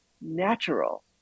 natural